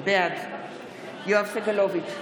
בעד יואב סגלוביץ'